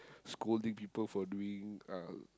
scolding people for doing uh